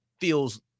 feels